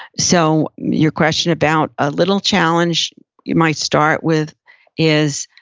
so your question about a little challenge you might start with is,